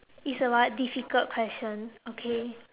it's a what difficult question okay